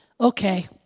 okay